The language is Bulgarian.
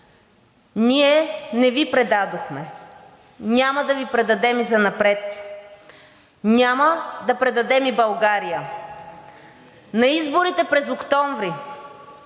Ние не Ви предадохме, няма да Ви предадем и занапред, няма да предадем и България. На изборите през октомври